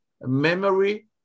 memory